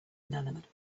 inanimate